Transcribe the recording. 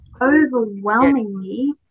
overwhelmingly